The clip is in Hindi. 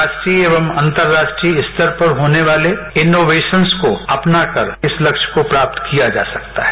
राष्ट्रीय एवं अंतर्राष्ट्रीय स्तर पर होने वाले इनोवेशंस को अपना कर इस लक्ष्य को प्राप्त किया जा सकता है